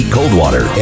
Coldwater